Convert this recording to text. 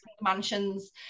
mansions